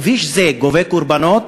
כביש זה גובה קורבנות,